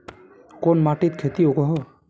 कोन माटित खेती उगोहो?